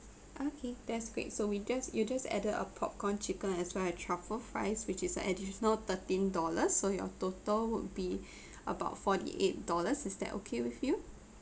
okay that's great so we just you just added a popcorn chicken as well as truffle fries which is a additional thirteen dollars so your total would be about forty eight dollars is that okay with you